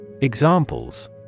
Examples